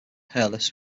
hairless